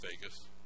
Vegas